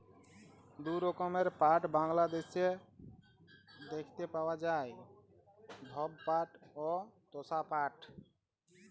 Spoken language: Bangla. দু রকমের পাট বাংলাদ্যাশে দ্যাইখতে পাউয়া যায়, ধব পাট অ তসা পাট